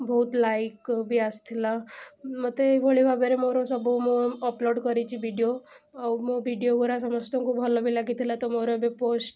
ବହୁତ ଲାଇକ୍ ବି ଆସିଥିଲା ମୋତେ ଏଇଭଳି ଭାବରେ ମୋର ସବୁ ମୋ ଅପଲୋଡ଼୍ କରାଇଛି ଭିଡ଼ିଓ ଆଉ ମୋ ଭିଡ଼ିଓ ଗୁରା ସମସ୍ତଙ୍କୁ ଭଲ ବି ଲାଗିଥିଲା ତ ମୋର ଏବେ ପୋଷ୍ଟ